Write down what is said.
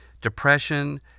depression